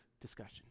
discussion